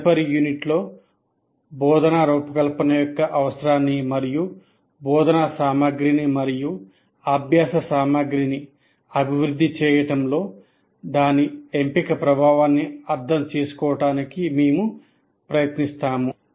తదుపరి యూనిట్లో బోధనా రూపకల్పన యొక్క అవసరాన్ని మరియు బోధనా సామగ్రిని మరియు అభ్యాస సామగ్రిని అభివృద్ధి చేయడంలో దాని ఎంపిక ప్రభావాన్ని అర్థం చేసుకోవడానికి మేము ప్రయత్నిస్తాము